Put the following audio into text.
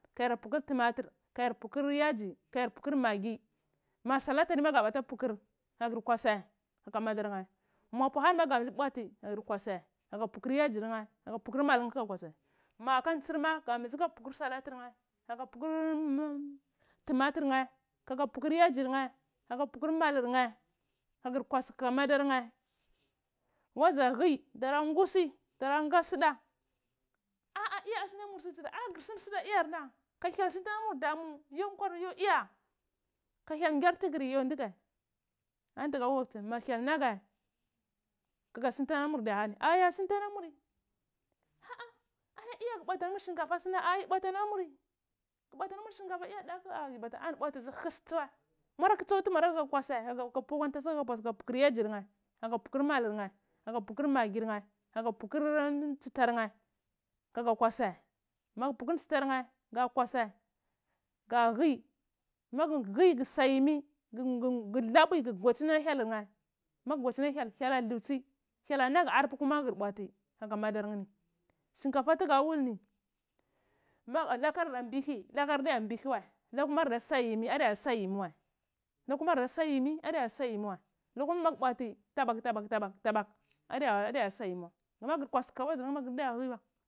Kaya puteut tomatur kagur purwar yeji kayar pukwar magi musalaɗ aɗi ma ka buta putvour kagir kwasai kaka maɗarneh mapu ahanima gra. bizi bwati kagus pukwur yaji nheh tagu puk malur kagus som maka ntsir, a ga mbizr pukwur to. ator nheh ka purour yaji nheh aga ppuhu malor mheh na gur kwasai kaka maɗarnha wazu hui ɗara ngusi ɗara bga suda ah ah iya asina mur som suda yor som suda iyarna ka hyel tsanta lamur damu ya kwai iya ka hyel ngyar tugur yo nɗigheh oni ma hyel ɗlaga aga suntan lamur damu a ya sonta la. uri haa iya asuna ga bwata lamuri shin kaya ah yi bwata lamori ghu bwatalamur shikaga a daku and pwa tsuwai muar kitsi akwa ntasai aga putor yajir nheh kaga pukur malur nheh kaga pofeur magg nheh kaga putor ntsitar nheh kaga awatsai magu putu astitair nheh ga kwatsai ga hi maga hi ga sa yimi gu ɗlapui gu guaidreni ala ɗlakor nheh magu ywadieni ala hyel ɗzada dulci hyel alaga arpae teuma kagir bwati kana maddar-nheh ni shinkafa tugada wul ni lakar ada mbini lahar adiya mbihi wa lakumar adaso yimi adeyo sa gimi wai lakuar magwu bwati adi ya sa yrmi wai ama magur sa ka wazarn ho ma gurdaya hu wai.